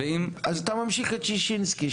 אז אתה ממשיך את ששינסקי,